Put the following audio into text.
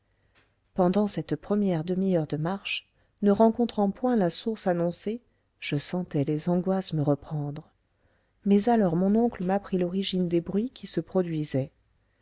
pendant cette première demi-heure de marche ne rencontrant point la source annoncée je sentais les angoisses me reprendre mais alors mon oncle m'apprit l'origine des bruits qui se produisaient